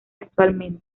actualmente